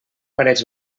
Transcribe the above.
parets